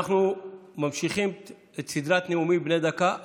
אני מכריז על הפסקה.